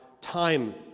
time